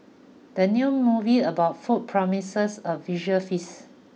the new movie about food promises a visual feast